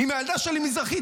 אם הילדה שלי מזרחית,